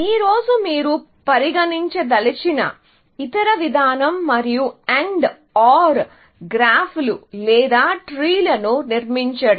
ఈ రోజు మీరు పరిగణించదలిచిన ఇతర విధానం మరియు AND OR గ్రాఫ్లు లేదా ట్రీలును నిర్మించడం